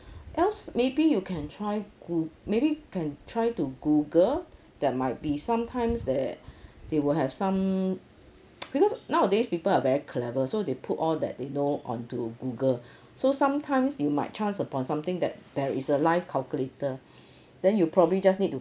else maybe you can try goo~ maybe can try to google that might be sometimes that they will have some because nowadays people are very clever so they put all that they know onto google so sometimes you might chance upon something that there is a life calculator then you probably just need to